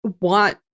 want